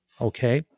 okay